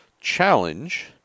challenge